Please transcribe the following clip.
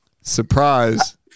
surprise